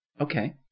Okay